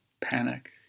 panic